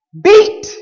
beat